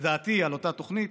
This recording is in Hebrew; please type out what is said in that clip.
לדעתי, על אותה תוכנית.